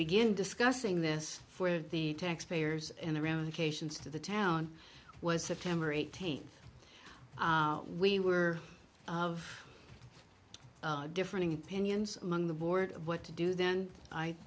begin discussing this for the taxpayers and the ramifications to the town was september eighteenth we were of differing opinions among the board of what to do then i